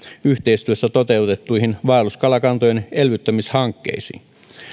yhteistyössä toteutettuihin vaelluskalakantojen elvyttämishankkeisiin